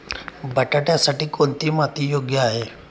बटाट्यासाठी कोणती माती योग्य आहे?